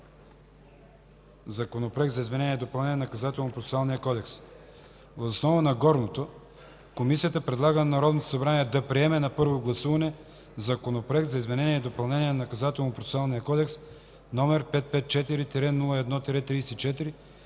Законопроект за изменение и допълнение на Наказателно-процесуалния кодекс. Въз основа на горното Комисията предлага на Народното събрание да приеме на първо гласуване Законопроект за изменение и допълнение на Наказателно-процесуалния кодекс, № 554-01-34,